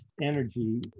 energy